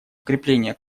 укрепление